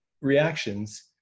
reactions